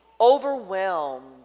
overwhelmed